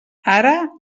ara